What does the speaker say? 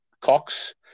Cox